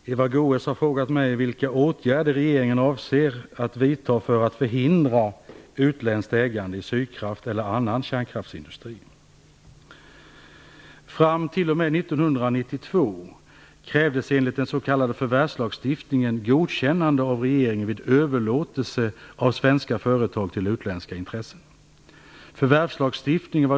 Herr talman! Eva Goës har frågat mig vilka åtgärder regeringen avser att vidta för att förhindra utländskt ägande i Sydkraft eller annan kärnkraftsindustri. Fram t.o.m. år 1992 krävdes enligt den s.k. förvärvslagstiftningen godkännande av regeringen vid överlåtelse av svenska företag till utländska intressen.